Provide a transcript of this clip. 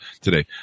today